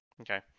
Okay